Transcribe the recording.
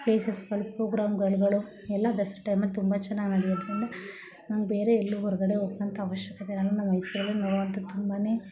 ಪ್ಲೇಸಸ್ಗಳು ಪ್ರೋಗ್ರಾಮ್ಗಳು ಎಲ್ಲ ದಸರಾ ಟೈಮಲ್ಲಿ ತುಂಬ ಚೆನ್ನಾಗಾಗಿರೋದ್ರಿಂದ ನಮ್ಗೆ ಬೇರೆ ಎಲ್ಲೂ ಹೊರಗಡೆ ಹೋಗ್ವಂತ ಅವಶ್ಯಕತೆ ನನ್ನ ಮೈಸೂರಲ್ಲಿ ನೋಡುವಂಥ ತುಂಬನೇ